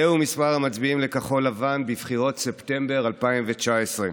זהו מספר המצביעים לכחול לבן בבחירות ספטמבר 2019,